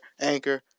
Anchor